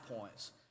points